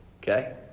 Okay